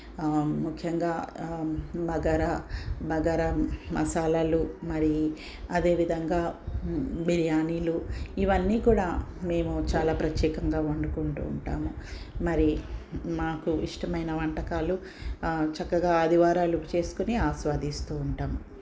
ముఖ్యంగా బగార బగార మసాలాలు మరి అదే విధంగా బిర్యానీలు ఇవన్నీ కూడా మేము చాలా ప్రత్యేకంగా వండుకుంటూ ఉంటాము మరి మాకు ఇష్టమైన వంటకాలు చక్కగా ఆదివారాలు చేసుకొని ఆస్వాదిస్తూ ఉంటాము